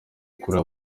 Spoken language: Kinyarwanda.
kure